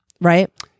right